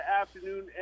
afternoon